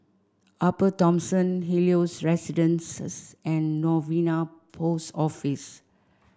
Upper Thomson Helios Residences and Novena Post Office